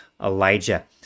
Elijah